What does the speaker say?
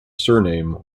surname